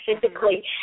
physically